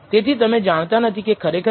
તેથી તમે જાણતા નથી કે ખરેખર કેટલી એરર છે